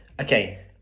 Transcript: okay